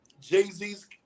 Jay-Z's